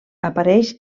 apareix